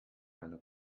einer